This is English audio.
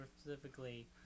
specifically